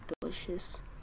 delicious